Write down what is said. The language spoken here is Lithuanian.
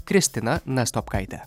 kristina nastopkaite